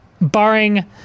barring